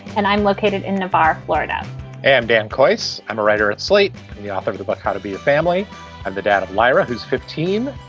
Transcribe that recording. and i'm located in navarre, florida and dan coates, i'm a writer at slate and the author of the book how to be a family of the dad of lyra, who's fifteen,